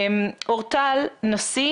אורטל נשיא,